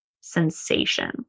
sensation